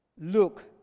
look